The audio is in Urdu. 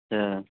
اچھا